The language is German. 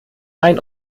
ein